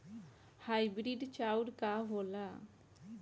Hybrid चाउर का होला?